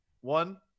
one